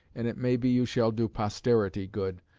and it may be you shall do posterity good,